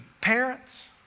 parents